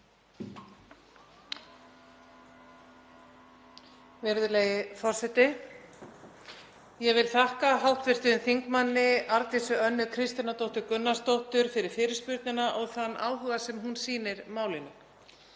Virðulegi forseti. Ég vil þakka hv. þm. Arndísi Önnu Kristínardóttur Gunnarsdóttur fyrir fyrirspurnina og þann áhuga sem hún sýnir málinu.